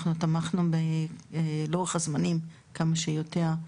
אנחנו תמכנו בלוח הזמנים כמה שיותר,